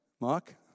Mark